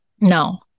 No